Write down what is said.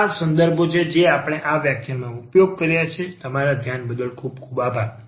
આ તે સંદર્ભો છે જેનો આપણે વ્યાખ્યાન માટે ઉપયોગ કર્યો છે તમારા ધ્યાન બદલ આભાર